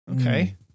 okay